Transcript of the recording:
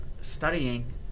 studying